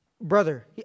brother